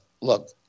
look